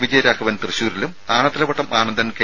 വിജയ രാഘവൻ തൃശൂരിലും ആനത്തലവട്ടം ആനന്ദൻ കെ